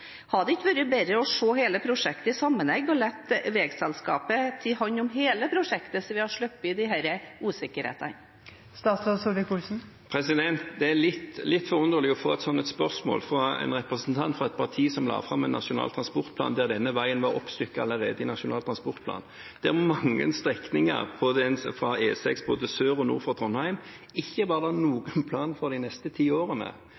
Hadde det ikke vært bedre å se hele prosjektet i sammenheng og latt vegselskapet ta hånd om hele prosjektet, slik at vi hadde sluppet disse usikkerhetene? Det er litt forunderlig å få et sånt spørsmål fra en representant fra et parti som la fram en nasjonal transportplan der denne veien var oppstykket allerede. Det er mange strekninger på E6, både sør og nord for Trondheim, det ikke var noen plan for de neste ti årene.